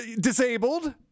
disabled